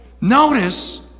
notice